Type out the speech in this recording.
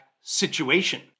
situation